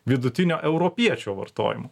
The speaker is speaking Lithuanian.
vidutinio europiečio vartojimo